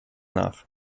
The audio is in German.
nach